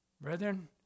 Brethren